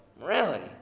morality